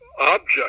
object